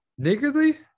Niggerly